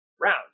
round